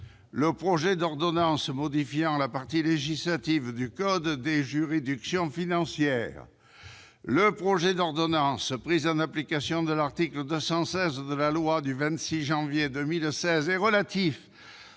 -le projet d'ordonnance modifiant la partie législative du code des juridictions financières ; -le projet d'ordonnance prise en application de l'article 216 de la loi n° 2016 41 du 26 janvier 2016 et relatif